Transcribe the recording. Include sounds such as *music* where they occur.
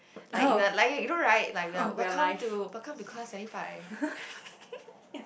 like you're like you know right like we're welcome to welcome to class ninety five *laughs*